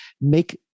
make